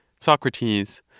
Socrates